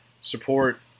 support